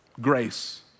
Grace